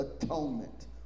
atonement